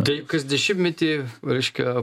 tai kas dešimtmetį reiškia